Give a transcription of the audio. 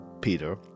Peter